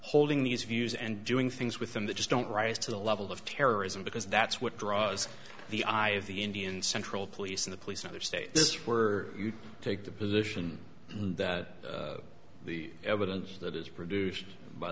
holding these views and doing things with them that just don't rise to the level of terrorism because that's what draws the eye of the indian central police and the police other states were to take the position that the evidence that is produced by